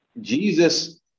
Jesus